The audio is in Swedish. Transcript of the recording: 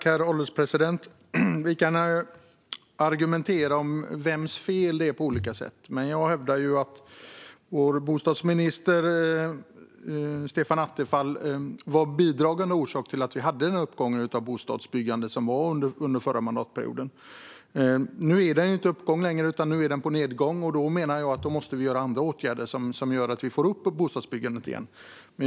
Herr ålderspresident! Vi kan argumentera om vems fel det är på olika sätt, men jag hävdar att vår bostadsminister Stefan Attefall var en bidragande orsak till den uppgång i bostadsbyggandet som skedde under den förra mandatperioden. Nu är det inte längre en uppgång utan en nedgång, och jag menar att vi då måste vidta andra åtgärder som gör att vi får upp bostadsbyggandet igen.